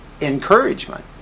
encouragement